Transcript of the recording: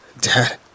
Dad